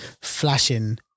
flashing